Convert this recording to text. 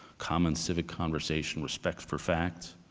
common civic conversation, respect for facts.